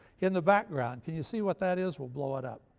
in the background can you see what that is? we'll blow it up.